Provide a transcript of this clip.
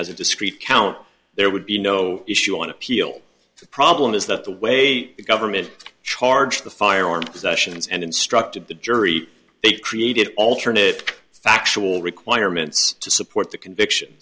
as a discrete count there would be no issue on appeal the problem is that the way the government charged the firearm possessions and instructed the jury they created alternate factual requirements to support the conviction